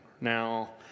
now